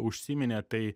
užsiminė tai